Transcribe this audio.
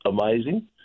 amazing